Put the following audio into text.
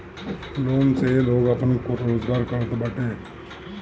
loan से लोग आपन रोजगार करत बाटे